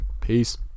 Peace